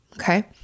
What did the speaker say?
okay